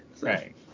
Right